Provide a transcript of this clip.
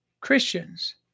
Christians